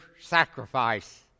sacrifice